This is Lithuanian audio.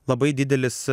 labai didelis